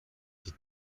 die